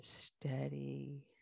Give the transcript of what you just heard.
Steady